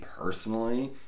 personally